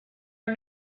are